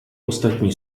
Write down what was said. ostatní